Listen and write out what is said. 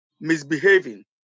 Misbehaving